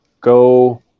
go